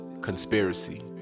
conspiracy